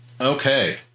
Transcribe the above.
Okay